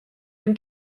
den